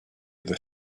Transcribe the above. other